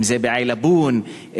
אם בעילבון,